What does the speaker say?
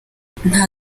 nta